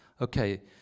okay